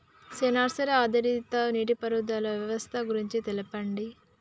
Censor ఆధారిత నీటిపారుదల వ్యవస్థ గురించి తెల్పండి?